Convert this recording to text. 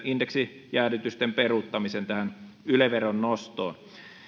indeksijäädytysten peruuttamisen tähän yle veron nostoon